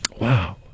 Wow